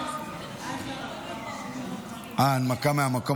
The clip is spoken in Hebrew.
הנמקה מהמקום,